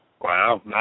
Wow